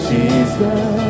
Jesus